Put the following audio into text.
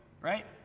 right